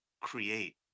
create